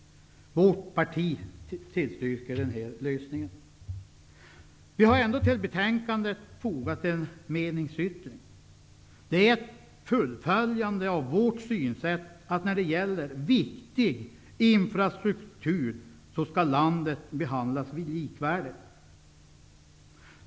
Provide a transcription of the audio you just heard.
Vårt parti tillstyrker lösningen. Vi har ändå till betänkandet fogat en meningsyttring. Det är ett fullföljande av vårt synsätt att landet olila delar då det gäller viktig infrastruktur skall behandlas likvärdigt.